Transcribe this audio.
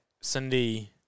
Cindy